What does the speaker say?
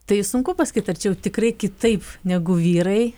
tai sunku pasakyt ar čia jau tikrai kitaip negu vyrai